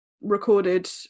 recorded